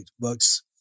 works